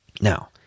now